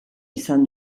izan